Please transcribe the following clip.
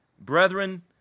Brethren